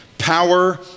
power